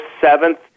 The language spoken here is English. seventh